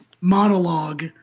monologue